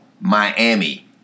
Miami